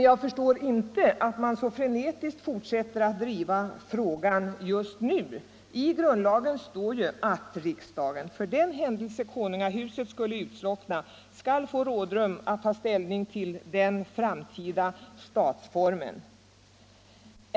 Jag förstår emellertid inte att man så frenetiskt fortsätter att driva frågan just nu. I grundlagen står ju att riksdagen för den händelse konungahuset skulle utslockna skall få rådrum att ta ställning till den framtida statsformen.